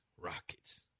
Rockets